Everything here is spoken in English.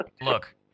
Look